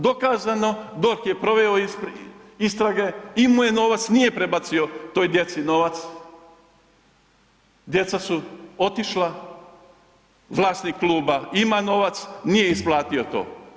Dokazano, DORH je proveo istrage, imao je novac, nije prebacio toj djeci novac, djeca su otišla, vlasnik kluba ima novac, nije isplatio to.